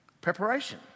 Preparation